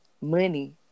money